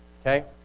Okay